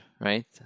right